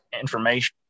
information